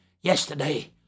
Yesterday